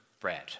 bread